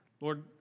Lord